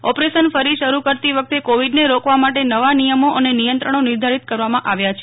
operation ફરી શરૂ કરતી વખતે કોવિડને રોકવા માટે નવા નિયમો અને નિયંત્રણો નિર્ધારિત કરવામાં આવ્યા છે